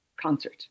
concert